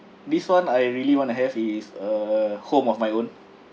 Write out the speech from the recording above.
this one I really want to have is a home of my own